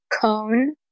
cone